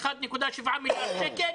1.7 מיליון שקל,